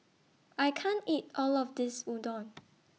I can't eat All of This Udon